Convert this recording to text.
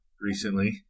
recently